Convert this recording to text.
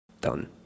done